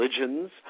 religions